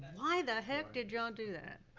why the heck did y'all do that?